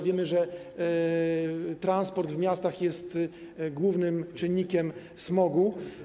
Wiemy, że transport w miastach jest głównym czynnikiem smogu.